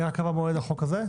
היא רק קבעה מועד לחוק הזה?